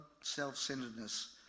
self-centeredness